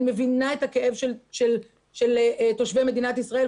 אני מבינה את הכאב של תושבי מדינת ישראל.